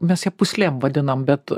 mes ją pūslėm vadinam bet